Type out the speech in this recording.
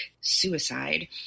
suicide